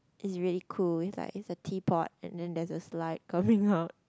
it's really cool it's like it's a teapot and then there's slide coming out